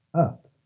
up